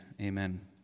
amen